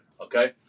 okay